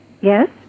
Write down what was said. Yes